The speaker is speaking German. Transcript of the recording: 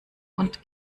und